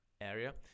area